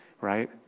right